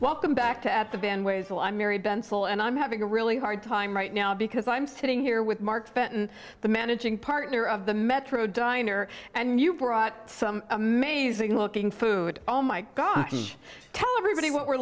welcome back to at the ben ways will i marry ben saul and i'm having a really hard time right now because i'm sitting here with mark benton the managing partner of the metro diner and you brought some amazing looking food oh my gosh tell everybody what we're